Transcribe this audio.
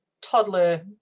toddler